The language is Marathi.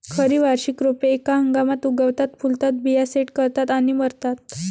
खरी वार्षिक रोपे एका हंगामात उगवतात, फुलतात, बिया सेट करतात आणि मरतात